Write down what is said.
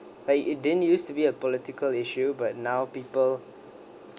like it didn't use to be a political issue but now people